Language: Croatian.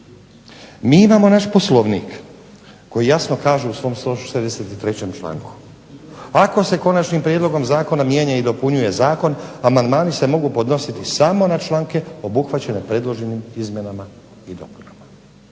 Mi imamo naš Poslovnik koji jasno kaže u svom 163. članku: "Ako se konačnim prijedlogom zakona mijenja i dopunjuje zakon amandmani se mogu podnositi samo na članke obuhvaćene predloženim izmjenama i dopunama".